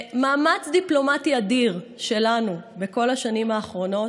במאמץ דיפלומטי אדיר שלנו בכל השנים האחרונות,